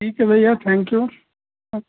ठीक है भैया थैन्क यू हाँ